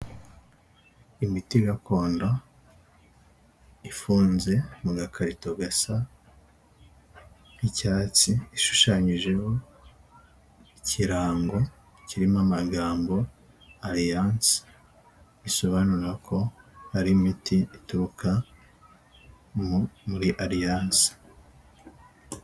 Imiti gakondo ifunze mu gakarito gasa nk'icyatsi ishushanyijeho ikirango kirimo amagambo Alliance, bisobanura ko ari imiti ituruka muri Alliance.